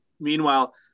meanwhile